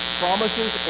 promises